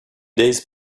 days